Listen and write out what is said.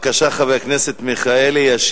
חבר הכנסת מיכאלי, בבקשה.